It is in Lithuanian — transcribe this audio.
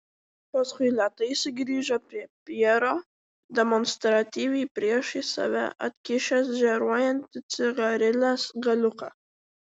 paskui lėtai sugrįžo prie pjero demonstratyviai priešais save atkišęs žėruojantį cigarilės galiuką